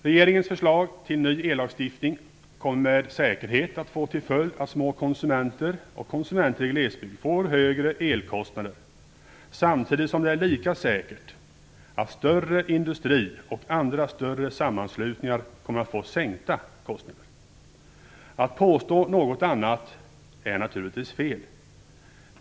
Regeringens förslag till ny ellagstiftning kommer med säkerhet att få till följd att små konsumenter och konsumenter i glesbygd får högre elkostnader samtidigt som det är lika säkert att större industri och andra större sammanslutningar kommer att få sänkta elkostnader. Att påstå någonting annat är fel.